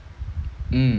mm